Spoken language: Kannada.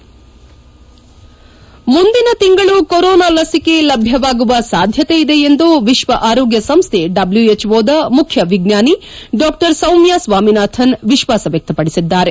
ಹೆಡ್ ಮುಂದಿನ ತಿಂಗಳು ಕೊರೊನಾ ಲಸಿಕೆ ಲಭ್ಯವಾಗುವ ಸಾಧ್ಯತೆಯಿದೆ ಎಂದು ವಿಶ್ವ ಆರೋಗ್ಯ ಸಂಸ್ಥೆ ಡಬ್ನೊಎಚ್ಓ ದ ಮುಖ್ಯ ವಿಜ್ವಾನಿ ಡಾ ಸೌಮ್ಯ ಸ್ವಾಮಿನಾಥನ್ ವಿಶ್ವಾಸ ವ್ಯಕ್ತಪಡಿಸಿದ್ದಾರೆ